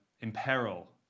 imperil